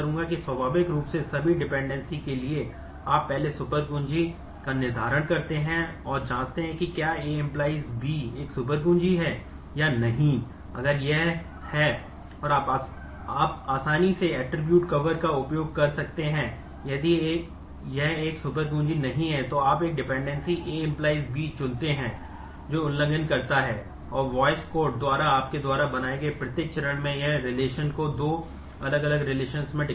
तो एक जिसे आप A और B की ऐट्रिब्यूट्स है और यह A और B का निर्धारण करेगा क्योंकि A → B